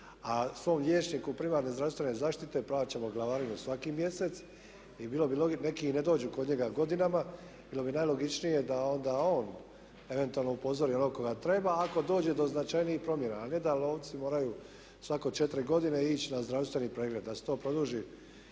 A svom liječniku primarne zdravstvene zaštite plaćamo glavarinu svaki mjesec. I bilo bi logično, neki i ne dođu kod njega godinama, bilo bi najlogičnije da onda on eventualno upozori onoga koga treba ako dođe do značajnijih promjena a ne da lovci moraju svako 4 godine ići na zdravstveni pregled, da se to produži